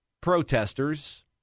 protesters